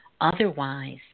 Otherwise